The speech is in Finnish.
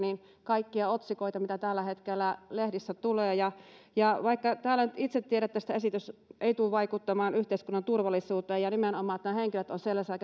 kaikkia otsikoita mitä tällä hetkellä lehdissä tulee vaikka nyt itse tiedän että esitys ei tule vaikuttamaan yhteiskunnan turvallisuuteen ja ja nimenomaan että nämä henkilöt ovat sellaisia